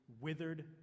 withered